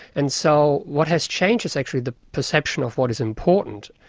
and so what has changed is actually the perception of what is important.